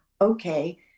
okay